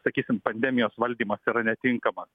sakysim pandemijos valdymas yra netinkamas